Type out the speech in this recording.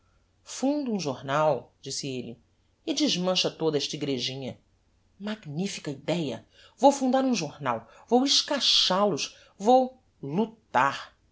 funda um jornal disse-me elle e desmancha toda esta egrejinha magnifica idéa vou fundar um jornal vou escachal os vou lutar